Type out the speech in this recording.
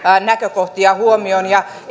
näkökohtia huomioon ja